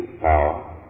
power